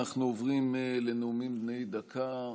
אנחנו עוברים לנאומים בני דקה.